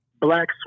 Black